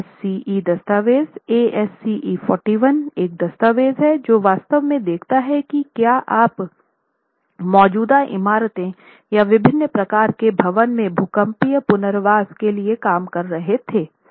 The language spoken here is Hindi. ASCE दस्तावेज़ ASCE 41 एक दस्तावेज़ है जो वास्तव में देखता है कि क्या आप मौजूदा इमारतें या विभिन्न प्रकार के भवन में भूकंपीय पुनर्वास के लिए काम कर रहे थे